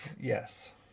Yes